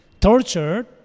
tortured